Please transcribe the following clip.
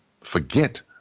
forget